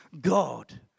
God